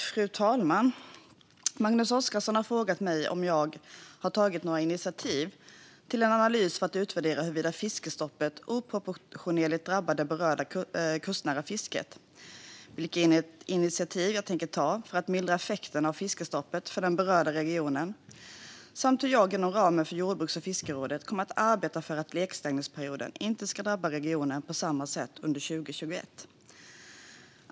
Fru talman! Magnus Oscarsson har frågat mig om jag har tagit något initiativ till en analys för att utvärdera huruvida fiskestoppet oproportionerligt drabbat det berörda kustnära fisket, vilka initiativ jag tänker ta för att mildra effekterna av fiskestoppet för den berörda regionen samt hur jag inom ramen för jordbruks och fiskerådet kommer att arbeta för att lekstängningsperioder inte ska drabba regionen på samma sätt under 2021.